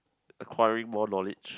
acquiring more knowledge